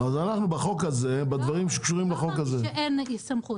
לא אמרתי שאין הסתמכות,